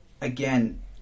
again